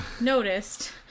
noticed